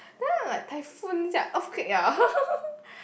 then I'm like typhoon sia earthquake ah